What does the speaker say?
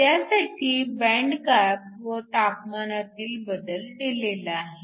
त्यासाठी band gap व तापमानातील बदल दिलेला आहे